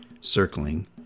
circling